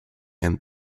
and